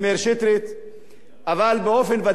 אבל באופן ודאי אני יכול להגיד לך שהאיום